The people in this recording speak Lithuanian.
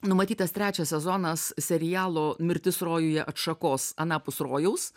numatytas trečias sezonas serialo mirtis rojuje atšakos anapus rojaus